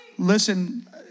Listen